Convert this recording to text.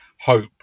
hope